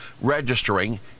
registering